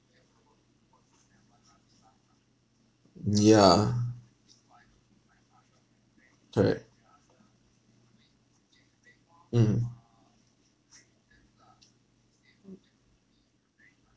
mm yeah correct mm